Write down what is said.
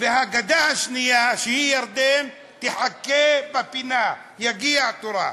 והגדה השנייה, שהיא ירדן, תחכה בפינה, יגיע תורה,